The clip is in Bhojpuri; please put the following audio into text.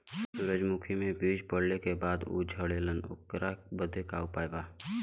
सुरजमुखी मे बीज पड़ले के बाद ऊ झंडेन ओकरा बदे का उपाय बा?